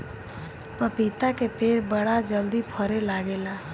पपीता के पेड़ बड़ा जल्दी फरे लागेला